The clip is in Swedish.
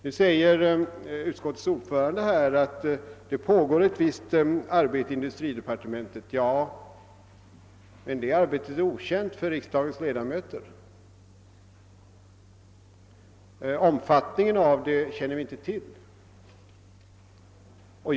Nu säger utskottets ordförande att det pågår ett visst sådant arbete i industridepartementet. Ja, men det arbetet är okänt för riksdagens ledamöter; vi känner inte till omfattningen av det.